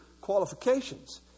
qualifications